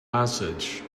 passage